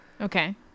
Okay